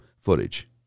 footage